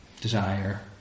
desire